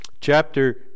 chapter